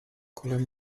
kolem